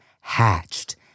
hatched